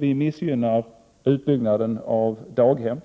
missgynnade utbyggnaden av daghem.